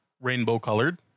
rainbow-colored